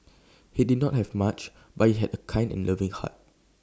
he did not have much but he had A kind and loving heart